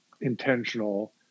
intentional